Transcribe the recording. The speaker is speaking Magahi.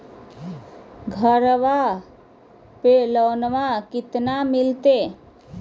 घरबा पे लोनमा कतना मिलते?